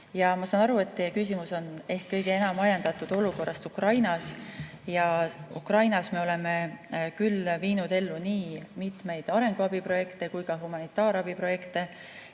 Ma saan aru, et teie küsimus on ehk kõige enam ajendatud olukorrast Ukrainas. Ukrainas me oleme küll viinud ellu nii mitmeid arenguabiprojekte kui ka humanitaarabiprojekte.